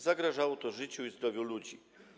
Zagrażało to życiu i zdrowiu ludzi.